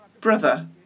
brother